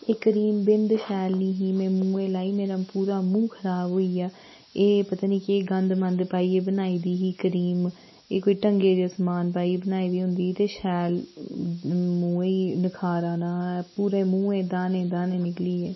एह् क्रीम बिंद शैल नि ही में मुंहै लाई मेरा मूंह पूरा मूंह खराब होई गेआ एह् पता नि केह् गंद मंद पाइयै बनाई दी ही क्रीम एह् कोई ढंगै दे सामान पाइयै बनाई दी होंदी ही ते शैल मुंहै नखार आना हा पूरे मुंहै गी दाने दाने निकली गे